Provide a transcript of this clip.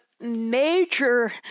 major